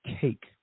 cake